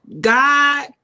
God